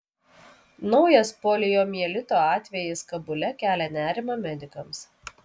naujas poliomielito atvejis kabule kelia nerimą medikams